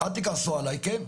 אל תכעסו עליי, כן?